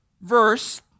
verse